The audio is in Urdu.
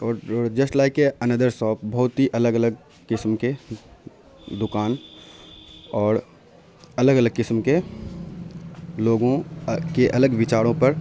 اور جسٹ لائک کہ انادر شاپ بہت ہی الگ الگ قسم کے دکان اور الگ الگ قسم کے لوگوں کے الگ وچاروں پر